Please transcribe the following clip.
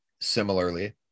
similarly